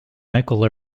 michael